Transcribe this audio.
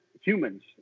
humans